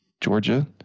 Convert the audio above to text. Georgia